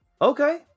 Okay